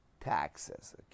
taxes